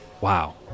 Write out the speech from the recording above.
Wow